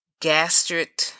gastric